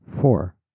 Four